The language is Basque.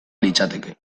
litzateke